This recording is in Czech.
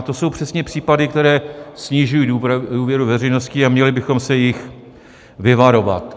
To jsou přesně případy, které snižují důvěru veřejnosti, a měli bychom se jich vyvarovat.